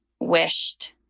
wished